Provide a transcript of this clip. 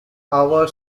hour